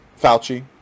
Fauci